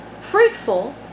fruitful